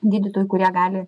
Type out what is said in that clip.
gydytojų kurie gali